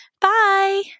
Bye